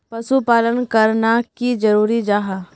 पशुपालन करना की जरूरी जाहा?